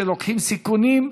שלוקחים סיכונים,